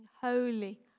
holy